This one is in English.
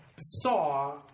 saw